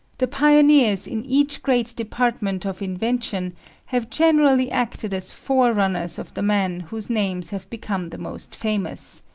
the pioneers in each great department of invention have generally acted as forerunners of the men whose names have become the most famous.